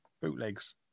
bootlegs